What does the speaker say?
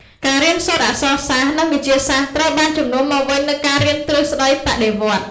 ការរៀនសូត្រអក្សរសាស្ត្រ និងវិទ្យាសាស្ត្រត្រូវបានជំនួសមកវិញនូវការរៀនទ្រឹស្ដីបដិវត្តន៍។